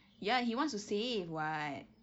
ya he wants to save [what]